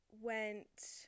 went